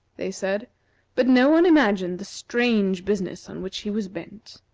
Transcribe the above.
they said but no one imagined the strange business on which he was bent.